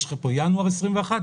יש פה ינואר 2021,